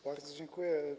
Bardzo dziękuję.